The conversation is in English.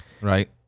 right